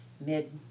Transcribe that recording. mid